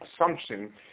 assumption